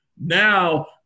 Now